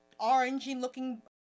orangey-looking